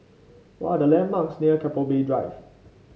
what are the landmarks near Keppel Bay Drive